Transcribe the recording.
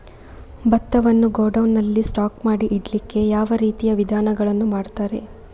ಭತ್ತವನ್ನು ಗೋಡೌನ್ ನಲ್ಲಿ ಸ್ಟಾಕ್ ಮಾಡಿ ಇಡ್ಲಿಕ್ಕೆ ಯಾವ ರೀತಿಯ ವಿಧಾನಗಳನ್ನು ಮಾಡ್ತಾರೆ?